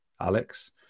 Alex